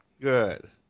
Good